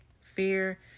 Fear